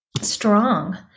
strong